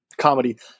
comedy